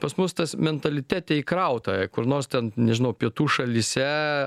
pas mus tas mentalitete įkrauta kur nors ten nežinau pietų šalyse